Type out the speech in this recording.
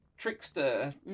trickster